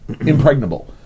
Impregnable